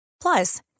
Plus